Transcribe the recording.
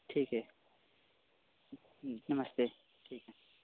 ठीक है नमस्ते ठीक है